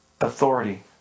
Authority